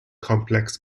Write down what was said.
complex